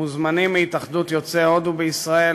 מוזמנים מהתאחדות יוצאי הודו בישראל,